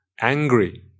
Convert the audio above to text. angry